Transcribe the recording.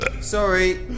Sorry